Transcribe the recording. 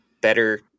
better